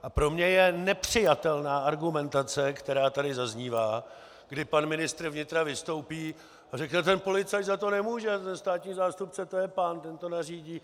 A pro mě je nepřijatelná argumentace, která tady zaznívá, kdy pan ministr vnitra vystoupí a řekne: Ten policajt za to nemůže, ten státní zástupce, to je pán, ten to nařídí.